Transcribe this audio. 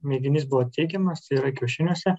mėginys buvo teigiamas tai yra kiaušiniuose